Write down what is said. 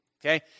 okay